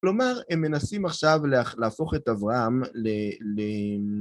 כלומר, הם מנסים עכשיו להפוך את אברהם ל...